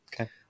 okay